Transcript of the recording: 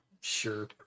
Sure